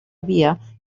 via